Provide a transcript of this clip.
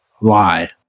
lie